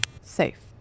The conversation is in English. Safe